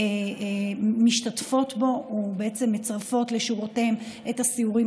משתתפות בו ומצרפות לשירותיהן את הסיורים